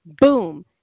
Boom